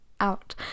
out